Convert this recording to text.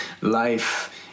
life